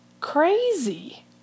crazy